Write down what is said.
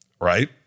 right